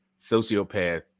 sociopath